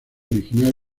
original